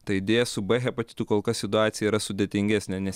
tai deja su b hepatitu kol kas situacija yra sudėtingesnė nes